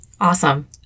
Awesome